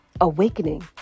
awakening